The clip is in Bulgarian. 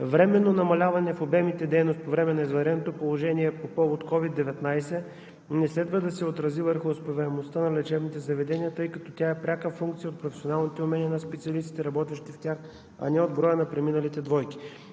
Временно намаляване в обемните дейности по време на извънредното положение по повод COVID-19 не следва да се отрази върху успеваемостта на лечебните заведения, тъй като тя е пряка функция от професионалните умения на специалистите, работещи в тях, а не от броя на преминалите двойки.